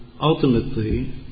ultimately